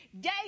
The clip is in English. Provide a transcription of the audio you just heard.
day